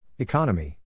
Economy